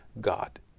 God